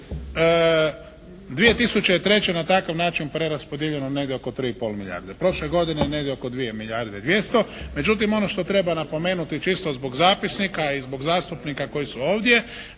2003. je na takav način preraspodijeljeno negdje oko 3 i pol milijarde. Prošle godine je negdje oko 2 milijarde i 200. Međutim ono što treba napomenuti čisto zbog zapisnika i zbog zastupnika koji su ovdje